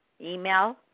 email